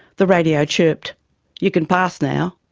the radio chirped you can pass now.